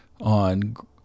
on